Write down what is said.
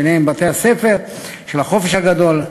ובהן בתי-הספר של החופש הגדול,